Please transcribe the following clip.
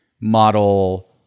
Model